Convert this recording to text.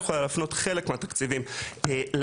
יכולה להפנות חלק מהתקציבים לתעסוקה.